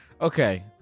okay